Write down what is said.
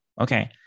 okay